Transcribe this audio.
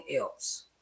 else